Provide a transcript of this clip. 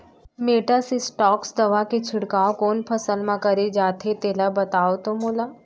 Metasystox दवा के छिड़काव कोन फसल म करे जाथे तेला बताओ त मोला?